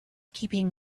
keeping